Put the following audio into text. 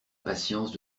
patience